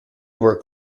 work